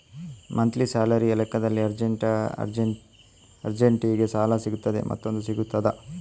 Monthly ಸ್ಯಾಲರಿಯ ಲೆಕ್ಕದಲ್ಲಿ ಅರ್ಜೆಂಟಿಗೆ ಸಾಲ ಸಿಗುತ್ತದಾ ಮತ್ತುಎಷ್ಟು ಸಿಗುತ್ತದೆ?